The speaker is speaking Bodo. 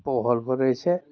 बहलफोर एसे